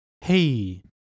Hey